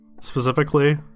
specifically